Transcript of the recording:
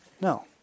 No